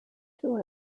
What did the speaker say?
two